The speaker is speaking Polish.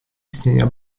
istnienia